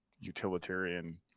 utilitarian